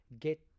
get